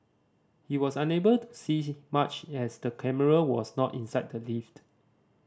he was unable to see much as the camera was not inside the lift